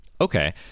okay